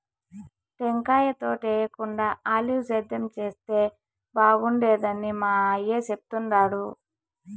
టెంకాయ తోటేయేకుండా ఆలివ్ సేద్యం చేస్తే బాగుండేదని మా అయ్య చెప్తుండాడు